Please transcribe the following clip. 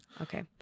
Okay